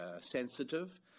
sensitive